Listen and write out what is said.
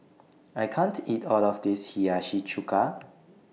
I can't eat All of This Hiyashi Chuka